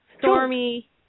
Stormy